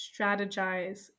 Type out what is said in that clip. strategize